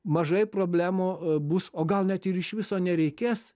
mažai problemų bus o gal net ir iš viso nereikės